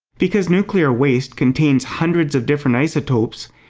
because nuclear waste contains hundreds of different isotopes,